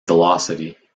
velocity